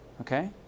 Okay